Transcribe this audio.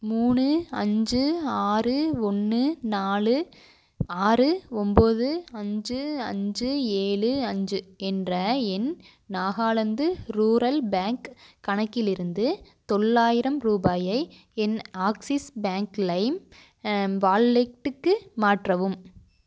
மூணு அஞ்சு ஆறு ஒன்று நாலு ஆறு ஒம்பது அஞ்சு அஞ்சு ஏழு அஞ்சு என்ற என் நாகாலாந்து ரூரல் பேங்க் கணக்கிலிருந்து தொள்ளாயிரம் ரூபாயை என் ஆக்ஸிஸ் பேங்க் லைம் வாலெட்டுக்கு மாற்றவும்